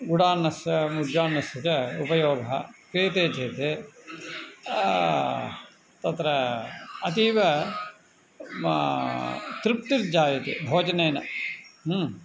गुडान्नस्य मुद्गान्नस्य च उपयोगः क्रियते चेत् तत्र अतीव तृप्तिर्जायते भोजनेन ह्म्